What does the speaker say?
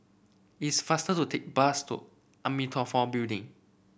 it's faster to take bus to Amitabha Building